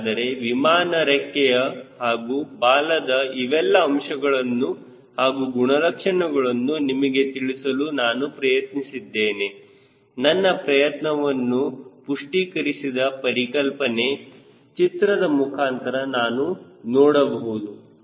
ಹಾಗಾದರೆ ವಿಮಾನ ರೆಕ್ಕೆಯ ಹಾಗೂ ಬಾಲದ ಇವೆಲ್ಲ ಅಂಶಗಳನ್ನು ಹಾಗೂ ಗುಣಲಕ್ಷಣಗಳನ್ನು ನಿಮಗೆ ತಿಳಿಸಲು ನಾನು ಪ್ರಯತ್ನಿಸಿದ್ದೇನೆ ನನ್ನ ಪ್ರಯತ್ನವನ್ನು ಪುಷ್ಟೀಕರಿಸಿದ ಪರಿಕಲ್ಪನೆ ಚಿತ್ರದ ಮುಖಾಂತರ ನಾನು ನೋಡಬಹುದು